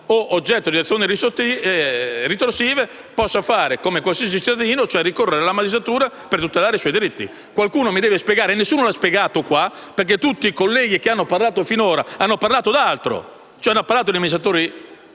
o oggetto di azioni ritorsive possa fare come qualsiasi altro cittadino, e cioè ricorrere alla magistratura per tutelare i suoi diritti. Qualcuno mi deve spiegare - e nessuno l'ha fatto perché tutti i colleghi che hanno parlato finora hanno parlato di amministratori